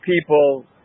people